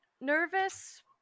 Nervous